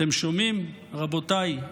אתם שומעים, רבותיי?